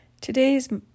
Today's